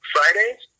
Friday's